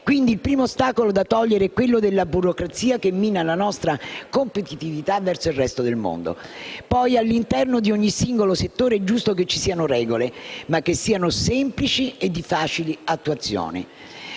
Quindi, il primo ostacolo da togliere è quello della burocrazia, che mina la nostra competitività verso il resto del mondo. Poi, all'interno di ogni singolo settore è giusto che ci siano regole, ma che siano semplici e di facile attuazione.